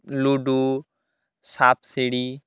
ludo সাপ সিঁড়ি